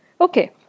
Okay